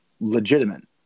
legitimate